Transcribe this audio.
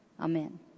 Amen